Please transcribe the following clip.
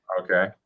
Okay